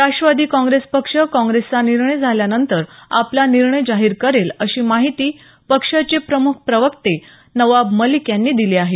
राष्ट्रवादी काँग्रेस पक्ष काँग्रेसचा निर्णय झाल्यानंतर आपला निर्णय जाहीर करेल अशी माहिती पक्षाचे मुख्य प्रवक्ते नवाब मलिक यांनी दिली आहे